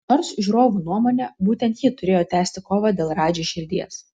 nors žiūrovų nuomone būtent ji turėjo tęsti kovą dėl radži širdies